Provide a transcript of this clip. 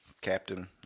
captain